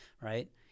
right